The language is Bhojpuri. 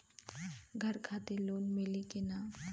घर खातिर लोन मिली कि ना?